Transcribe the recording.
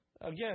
Again